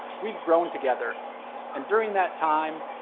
we've grown together and, during that time,